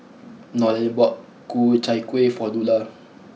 Nolen bought Ku Chai Kuih for Lula